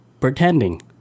pretending